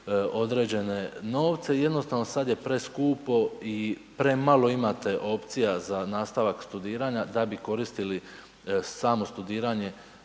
određene novce. Jednostavno sad je preskupo i premalo imate opcija za nastavak studiranja da bi koristili samo studiranje